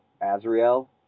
Azrael